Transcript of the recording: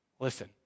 Listen